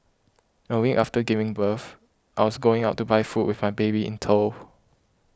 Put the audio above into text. a week after giving birth I was going out to buy food with my baby in tow